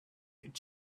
could